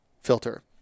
filter